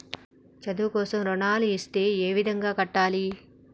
చదువు కోసం రుణాలు ఇస్తే ఏ విధంగా కట్టాలి?